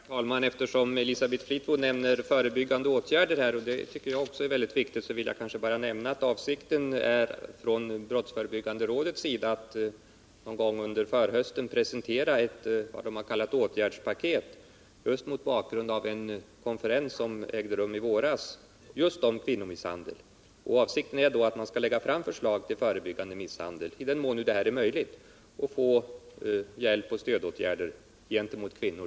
Herr talman! Eftersom Elisabeth Fleetwood nämner förebyggande åtgärder, något som jag också tycker är viktigt, vill jag nämna att det är avsikten från brottsförebyggande rådets sida att någon gång under hösten presentera ett s.k. åtgärdspaket. Detta sker mot bakgrund av en konferens som ägde rum i våras just om kvinnomisshandel. Avsikten är att lägga fram förslag till åtgärder för förebyggande av misshandel i den mån detta är möjligt och att få fram hjälpoch stödåtgärder.